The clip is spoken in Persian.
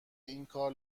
اینکار